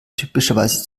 typischerweise